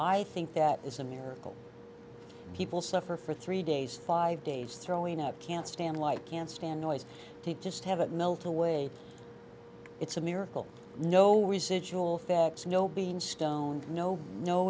i think that is a miracle people suffer for three days five days throwing up can't stand like can't stand noise to just have it melt away it's a miracle no residual thoughts no being stoned no no